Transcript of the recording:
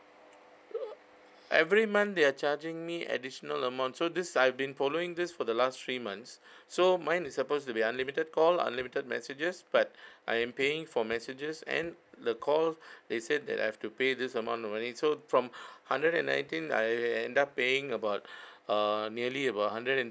every month they are charging me additional amount so this I've been following this for the last three months so mine is supposed to be unlimited call unlimited messages but I am paying for messages and the call they said that I have to pay this amount only so from hundred and nineteen I end up paying about err nearly about hundred and